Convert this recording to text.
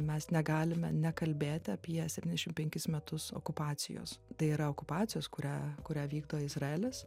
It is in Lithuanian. mes negalime nekalbėti apie septyndešimt penkis metus okupacijos tai yra okupacijos kurią kurią vykdo izraelis